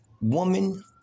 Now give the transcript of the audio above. woman